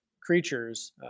creatures